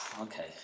Okay